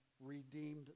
redeemed